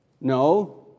No